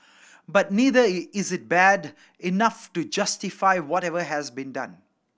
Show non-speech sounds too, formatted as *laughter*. but neither *unintelligible* is it bad enough to justify whatever has been done